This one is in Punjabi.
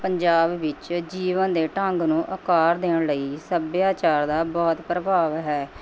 ਪੰਜਾਬ ਵਿੱਚ ਜੀਵਨ ਦੇ ਢੰਗ ਨੂੰ ਆਕਾਰ ਦੇਣ ਲਈ ਸੱਭਿਆਚਾਰ ਦਾ ਬਹੁਤ ਪ੍ਰਭਾਵ ਹੈ